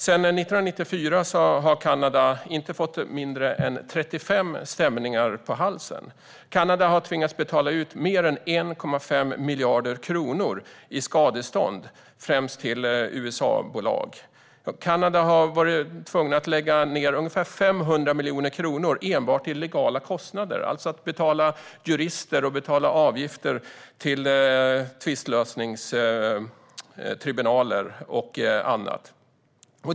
Sedan 1994 har Kanada fått inte mindre än 35 stämningar på halsen. Kanada har tvingats betala ut mer än 1,5 miljarder kronor i skadestånd, främst till bolag i USA. Kanada har tvingats lägga ned ungefär 500 miljoner kronor enbart i juridiska kostnader för att betala jurister och avgifter till tvistlösningstribunaler och liknande.